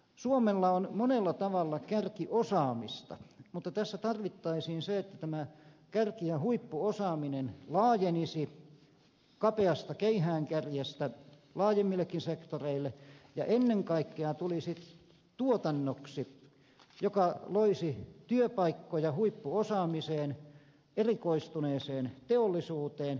suomella on monella tavalla kärkiosaamista mutta tässä tarvittaisiin se että tämä kärki ja huippuosaaminen laajenisi kapeasta keihäänkärjestä laajemmillekin sektoreille ja ennen kaikkea tulisi tuotannoksi joka loisi työpaikkoja huippuosaamiseen erikoistuneeseen teollisuuteen